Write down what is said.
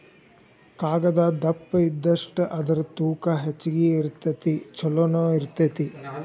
ಕಾಗದಾ ದಪ್ಪ ಇದ್ದಷ್ಟ ಅದರ ತೂಕಾ ಹೆಚಗಿ ಇರತತಿ ಚುಲೊನು ಇರತತಿ